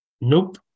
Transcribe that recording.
Nope